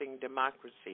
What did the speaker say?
democracy